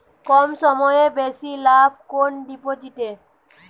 কম সময়ে বেশি লাভ কোন ডিপোজিটে?